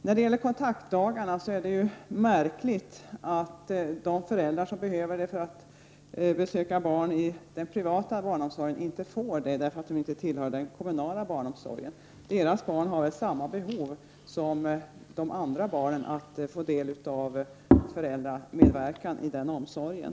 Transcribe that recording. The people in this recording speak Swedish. När det gäller kontaktdagarna vill jag säga att det är märkligt att de föräldrar som behöver dem för att besöka barn i den privata barnomsorgen inte får det därför att de inte tillhör den kommunala barnomsorgen. Deras barn har väl samma behov som de andra barnen av föräldramedverkan i barnomsorgen!